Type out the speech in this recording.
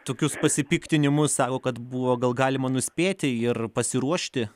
tokius pasipiktinimus sako kad buvo gal galima nuspėti ir pasiruošti